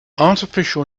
artificial